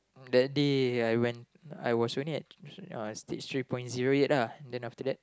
that day I went I was running at uh stage three point zero eight lah